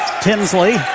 Tinsley